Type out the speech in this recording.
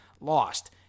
lost